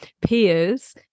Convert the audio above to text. peers